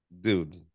Dude